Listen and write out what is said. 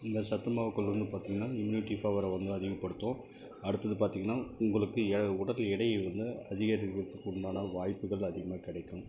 இந்த சத்து மாவுக்கள் வந்து பார்த்தீங்கன்னா இம்யூனிட்டி பவரை வந்து அதிகப்படுத்தும் அடுத்தது பார்த்தீங்கன்னா உங்களுக்கு ஏ உடல் எடையை வந்து அதிகரிக்கிறத்துக்கு உண்டான வாய்ப்புகள் அதிகமாக கிடைக்கும்